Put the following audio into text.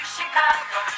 Chicago